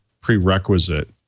prerequisite